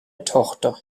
tochter